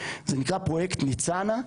זה נקרא פרויקט ניצנה,